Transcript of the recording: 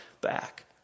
back